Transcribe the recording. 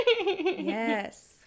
Yes